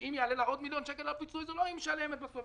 ואם הפיצוי יעלה לה עוד מיליון שקל זה לא היא משלמת בסוף,